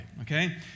Okay